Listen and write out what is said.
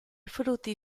frutti